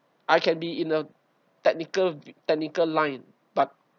I can be in a technical technical line but